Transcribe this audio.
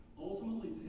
ultimately